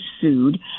sued